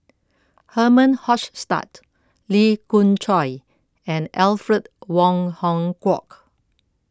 Herman Hochstadt Lee Khoon Choy and Alfred Wong Hong Kwok